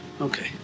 okay